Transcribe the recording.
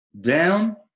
down